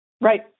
Right